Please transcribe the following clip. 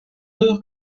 geur